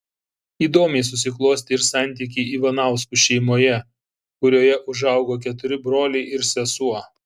įdomiai susiklostė ir santykiai ivanauskų šeimoje kurioje užaugo keturi broliai ir sesuo